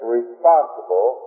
responsible